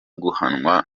guhanwa